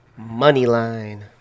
Moneyline